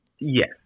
Yes